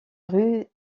rue